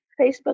Facebook